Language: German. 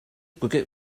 brücke